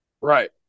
Right